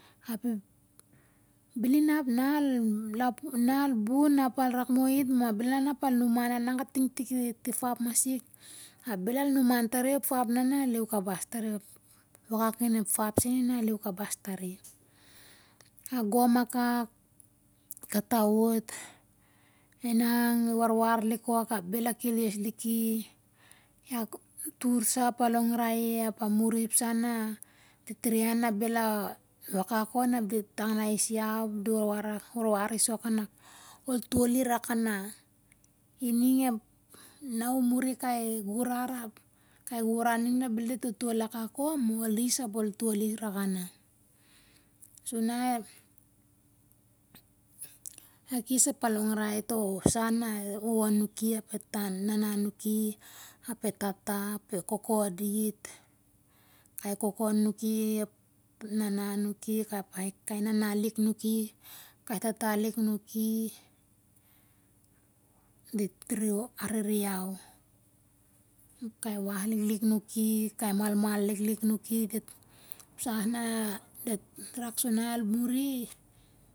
Bel inap na al lapun, na al bun, ap al rak moh it ma bel inap al numan, al an kating ti tap masing, ap bel inap al numan tari ep fap ning na likabas tar, ep wakak in ep fap sen na lie kabas tar i. A gom akak kata o't. E nang i warwar lik ok ap bel a keles lik i. A tursa ap a longrai i ap a muri ep sa na i warai. I re iau, ap ep sa na bel a wakak on, ti tangnai is iau, warwar is ok, kanak to'l i rak ana. Ining, na u mari kai gurar ap na be dit to'l akak om, ap ol is, to'l i rak ana. Sur na a kes ap a longrai to'sa na e wowo, anuki ap e nana anuki, ape tata, ape koko, koko dit, kai koko anuki, ep nana anukij, kai nana anuki, kai nana lik nuki, kai tatalik nuki. Dit rere arere iau. Kai wah liklik, kai malmal liklik anuki. Ep sah na dit rak sur al muri.